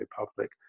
Republic